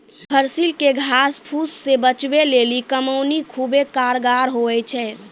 फसिल के घास फुस से बचबै लेली कमौनी खुबै कारगर हुवै छै